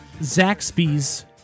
Zaxby's